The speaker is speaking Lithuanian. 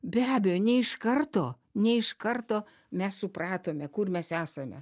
be abejo ne iš karto ne iš karto mes supratome kur mes esame